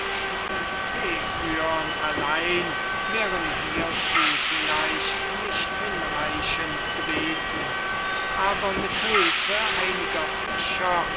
die zephyrn allein wären hiezu vielleicht nicht hinreichend gewesen aber mit hülfe einiger fischer